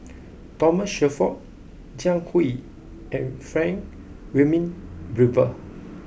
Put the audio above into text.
Thomas Shelford Jiang Hu and Frank Wilmin Brewer